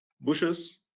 bushes